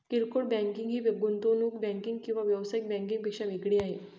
किरकोळ बँकिंग ही गुंतवणूक बँकिंग किंवा व्यावसायिक बँकिंग पेक्षा वेगळी आहे